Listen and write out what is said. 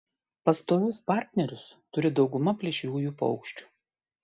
pastovius partnerius turi dauguma plėšriųjų paukščių